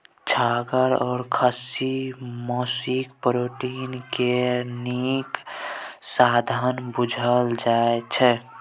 छागर आ खस्सीक मासु प्रोटीन केर नीक साधंश बुझल जाइ छै